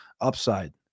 upside